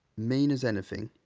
mean as anything,